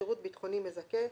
בשירות ביטחוני מזכה,